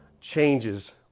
changes